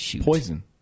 Poison